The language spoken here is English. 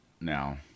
now